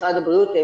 משרד הבריאות,